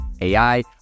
AI